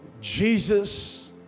Jesus